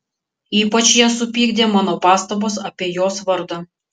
ypač ją supykdė mano pastabos apie jos vardą